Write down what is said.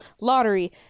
lottery